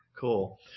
Cool